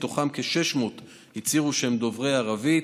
מתוכם כ-600 הצהירו שהם דוברי ערבית.